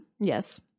Yes